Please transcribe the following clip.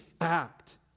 act